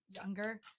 younger